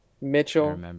Mitchell